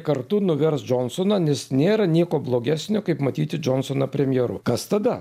kartu nuvers džonsoną nes nėra nieko blogesnio kaip matyti džonsoną premjeru kas tada